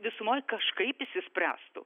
visumoj kažkaip išsispręstų